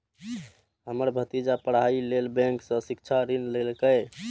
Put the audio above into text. हमर भतीजा पढ़ाइ लेल बैंक सं शिक्षा ऋण लेलकैए